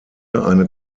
eine